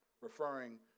referring